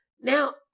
now